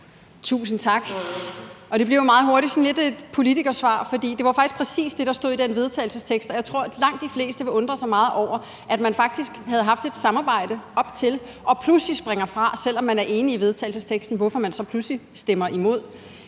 Tusind tak. Det blev meget hurtigt lidt et politikersvar, for det var faktisk præcis det, der stod i den vedtagelsestekst, og jeg tror, at langt de fleste vil undre sig meget over, at man faktisk havde haft et samarbejde op til, men pludselig springer man fra, selv om man er enig i vedtagelsesteksten, hvorfor man så pludselig stemmer imod.